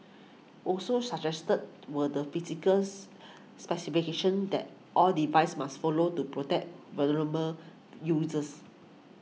also suggested were the physicals specifications that all devices must follow to protect vulnerable users